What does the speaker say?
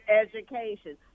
education